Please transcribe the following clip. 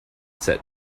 set